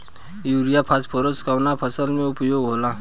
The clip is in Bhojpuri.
युरिया फास्फोरस कवना फ़सल में उपयोग होला?